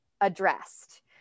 addressed